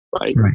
right